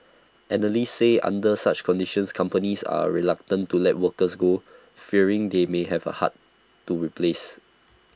analysts say under such conditions companies are reluctant to let workers go fearing they may have for hard to replace